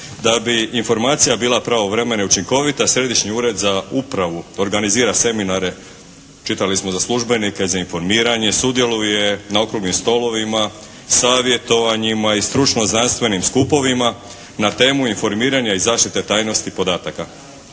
Da bi informacija bila pravovremena i učinkovita Središnji ured za upravu organizira seminare čitali smo za službenike za informiranje. Sudjeluje na okruglim stolovima, savjetovanjima i stručno-znanstvenim skupovima na temu informiranja i zaštite tajnosti podataka.